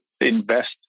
invest